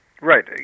Right